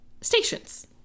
stations